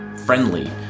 Friendly